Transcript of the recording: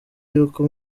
yuko